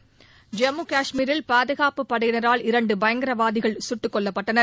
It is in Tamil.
ஐம்மு கஷ்மீரில் பாதுகாப்புப் படையினரால் இரண்டு பயங்கரவாதிகள் கட்டுக் கொல்லப்பட்டனர்